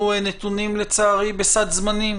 אנחנו נתונים לצערי בסד זמנים,